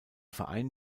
verein